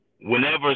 whenever